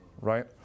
right